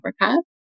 Africa